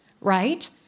right